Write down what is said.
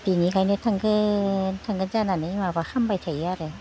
बिनिखायनो थांगोन थांगोन जानानै माबा खामबाय थायो आरो